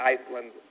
Iceland